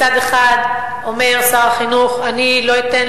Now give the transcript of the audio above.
מצד אחד אומר שר החינוך: אני לא אתן